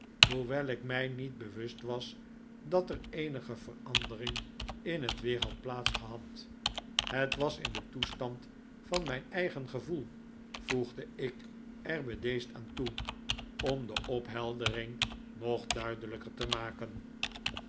hoewel ik mij niet bewust was dat er eenige verandering in het weer had plaats gehad het was in den toestand van mijn eigen gevoel voegde ik er bedeesd aan toe om de opheldering nog duidelijker te maken